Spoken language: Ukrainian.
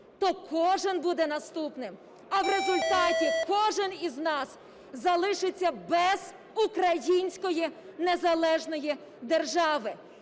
то кожен буде наступним. А в результаті кожен із нас залишиться без української незалежної держави.